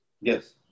Yes